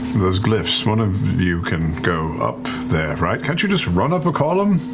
those glyphs. one of you can go up there, right? can't you just run up a column?